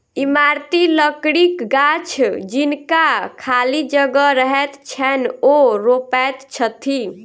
इमारती लकड़ीक गाछ जिनका खाली जगह रहैत छैन, ओ रोपैत छथि